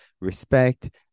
respect